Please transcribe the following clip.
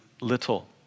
little